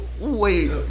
Wait